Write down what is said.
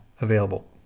available